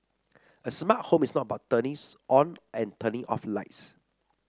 a smart home is not about turnings on and turning off lights